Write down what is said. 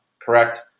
correct